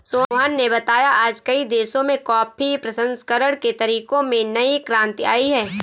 सोहन ने बताया आज कई देशों में कॉफी प्रसंस्करण के तरीकों में नई क्रांति आई है